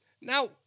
Now